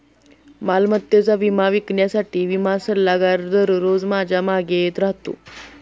मालमत्तेचा विमा विकण्यासाठी विमा सल्लागार दररोज माझ्या मागे येत राहतो